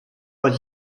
mal